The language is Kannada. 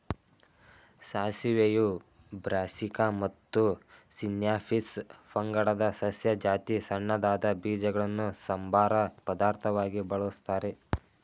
ಸಾಸಿವೆಯು ಬ್ರಾಸೀಕಾ ಮತ್ತು ಸಿನ್ಯಾಪಿಸ್ ಪಂಗಡದ ಸಸ್ಯ ಜಾತಿ ಸಣ್ಣದಾದ ಬೀಜಗಳನ್ನು ಸಂಬಾರ ಪದಾರ್ಥವಾಗಿ ಬಳಸ್ತಾರೆ